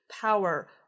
Power